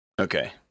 Okay